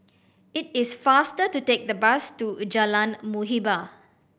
it is faster to take the bus to Jalan Muhibbah